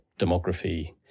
demography